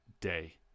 day